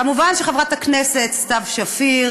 מובן שחברת הכנסת סתיו שפיר